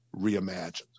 reimagined